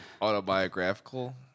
Autobiographical